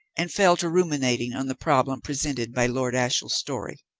and fell to ruminating on the problem presented by lord ashiel's story.